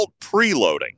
preloading